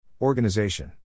Organization